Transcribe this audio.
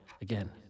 Again